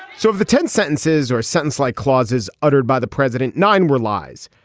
so if the ten sentences or sentence like clauses uttered by the president nine were lies.